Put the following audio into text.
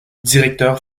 directeur